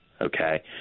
okay